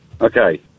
Okay